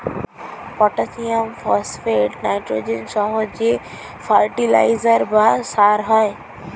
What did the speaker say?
potassium, phosphate, nitrogen সহ যে fertiliser বা সার হয়